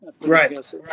Right